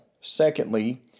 Secondly